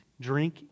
drink